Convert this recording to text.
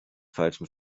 falschen